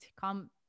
come